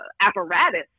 apparatus